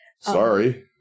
Sorry